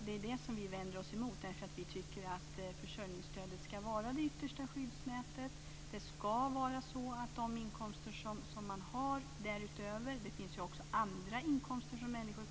Det är det som vi vänder oss emot. Vi tycker att försörjningsstödet ska vara det yttersta skyddsnätet. De inkomster som man har därutöver ska räknas med när man beräknar försörjningsstödet.